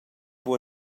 buc